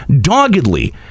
doggedly